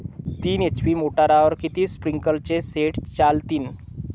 तीन एच.पी मोटरवर किती स्प्रिंकलरचे सेट चालतीन?